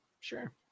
sure